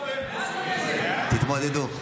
אשר ומשה גפני.